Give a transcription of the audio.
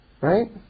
Right